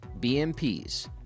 BMPs